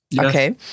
okay